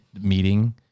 meeting